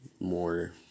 more